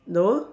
no